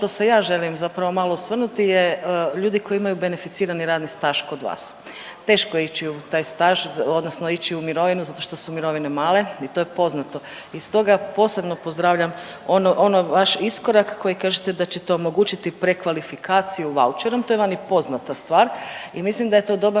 što se ja želim zapravo malo osvrnuti je ljudi koji imaju beneficirani radni staž kod vas. Teško je ići u taj staž odnosno ići u mirovinu zato što su mirovine male i to je poznato i stoga posebno pozdravljam ono, ono vaš iskorak koji kažete da ćete omogućiti prekvalifikaciju vaučerom, to je vani poznata stvar i mislim da je to dobar